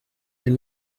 elle